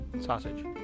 Sausage